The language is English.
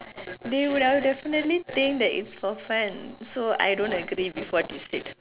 they would I would definitely think that it's for fun so I don't agree with what you said